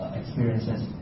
experiences